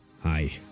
Hi